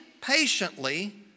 patiently